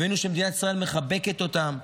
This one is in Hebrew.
הם הבינו שמדינת ישראל מחבקת אותם.